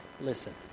Listen